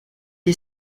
est